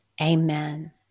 amen